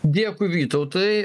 dėkui vytautai